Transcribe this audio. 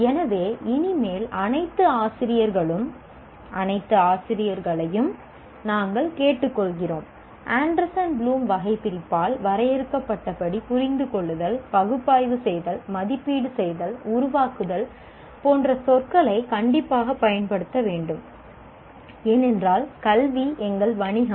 எனவே இனிமேல் அனைத்து ஆசிரியர்களையும் நாங்கள் கேட்டுக்கொள்கிறோம் ஆண்டர்சன் ப்ளூம் வகைபிரிப்பால் வரையறுக்கப்பட்டபடி புரிந்துகொள்ளுதல் பகுப்பாய்வு செய்தல் மதிப்பீடு செய்தல் உருவாக்குதல் போன்ற சொற்களை கண்டிப்பாக பயன்படுத்த வேண்டும் ஏனென்றால் கல்வி எங்கள் வணிகம்